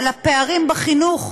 הפערים בחינוך: